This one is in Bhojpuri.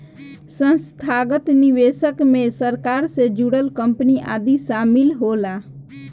संस्थागत निवेशक मे सरकार से जुड़ल कंपनी आदि शामिल होला